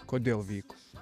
kodėl vyko